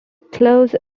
close